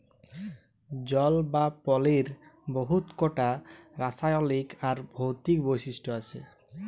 জল বা পালির বহুত কটা রাসায়লিক আর ভৌতিক বৈশিষ্ট আছে